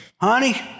Honey